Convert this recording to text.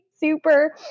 Super